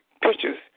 pictures